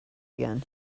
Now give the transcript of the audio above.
again